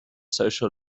social